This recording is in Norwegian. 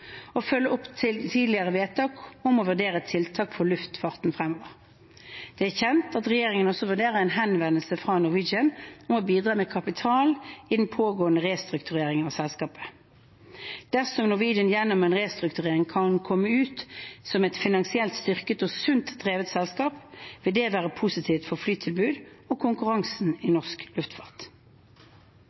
følge opp tidligere vedtak om å vurdere tiltak for luftfarten fremover. Det er kjent at regjeringen også vurderer en henvendelse fra Norwegian om å bidra med kapital i den pågående restruktureringen av selskapet. Dersom Norwegian gjennom en restrukturering kan komme ut som et finansielt styrket og sunt drevet selskap, vil det være positivt for flytilbudet og konkurransen i norsk luftfart.